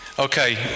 Okay